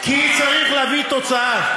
כי צריך להביא תוצאה.